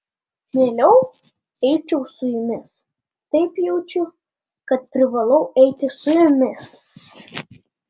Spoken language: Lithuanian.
mieliau eičiau su jumis taip jaučiu kad privalau eiti su jumis